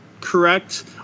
correct